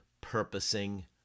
purposing